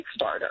Kickstarter